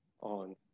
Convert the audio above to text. on